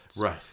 Right